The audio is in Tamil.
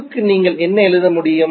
க்கு நீங்கள் என்ன எழுத முடியும்